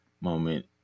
moment